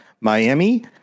Miami